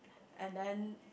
and then